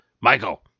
michael